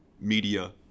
media